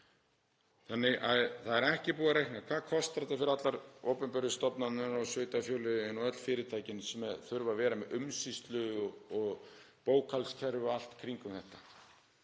það ekki. Það er ekki búið að reikna: Hvað kostar þetta fyrir allar opinberu stofnanirnar og sveitarfélögin, öll fyrirtækin sem þurfa að vera með umsýslu- og bókhaldskerfi og allt í kringum þetta?